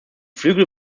flügel